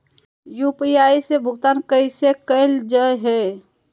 UPI से भुगतान कैसे कैल जहै?